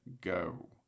go